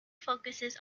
focuses